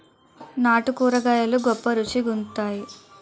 నాటు కూరగాయలు గొప్ప రుచి గుంత్తై